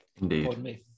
Indeed